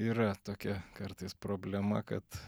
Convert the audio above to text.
yra tokia kartais problema kad